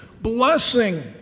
Blessing